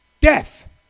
Death